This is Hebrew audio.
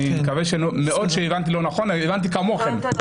אני מקווה מאוד שהבנתי לא נכון, והבנתי כמוכם.